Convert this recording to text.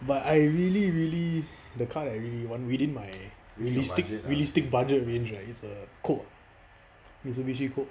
but I really really the car that I really want within my realistic realistic budget range right is the colt mitsubishi colt